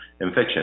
infection